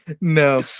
No